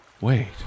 Wait